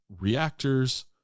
reactors